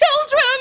children